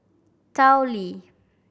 Tao Li